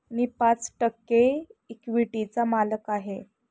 मी पाच टक्के इक्विटीचा मालक आहे